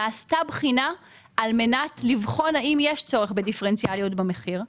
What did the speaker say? נעשתה בחינה על מנת לבחון האם יש צורך בדיפרנציאליות במחיר.